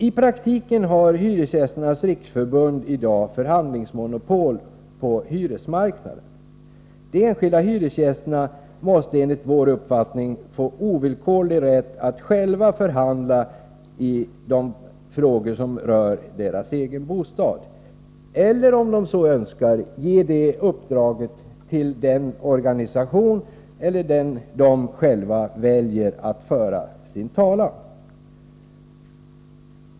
I praktiken har i dag Hyresgästernas riksförbund förhandlingsmonopol på hyresmarknaden. De enskilda hyresgästerna måste enligt vår uppfattning få ovillkorlig rätt att själva förhandla i de frågor som gäller den egna bostaden eller, om de så önskar, att ge den organisation de själva väljer uppdraget att föra deras talan.